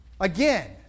Again